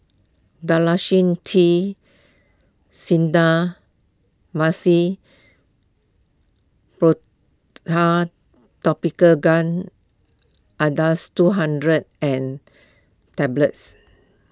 Dalacin T Clindamycin Topical Gel Acardust two hundred and Tablets